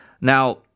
Now